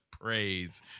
Praise